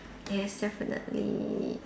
yes definitely